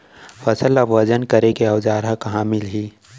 फसल ला वजन करे के औज़ार हा कहाँ मिलही?